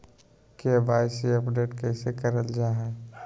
KYC update कैसे करल जाहै?